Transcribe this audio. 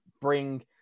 bring